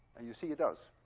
and you see it does.